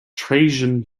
trajan